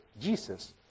Jesus